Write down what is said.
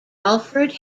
alfred